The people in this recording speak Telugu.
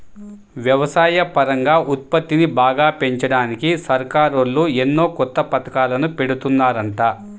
వ్యవసాయపరంగా ఉత్పత్తిని బాగా పెంచడానికి సర్కారోళ్ళు ఎన్నో కొత్త పథకాలను పెడుతున్నారంట